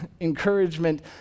encouragement